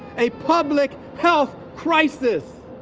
a public health crisis.